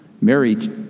Mary